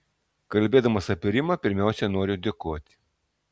kalbėdamas apie rimą pirmiausia noriu dėkoti